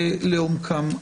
לעומקם.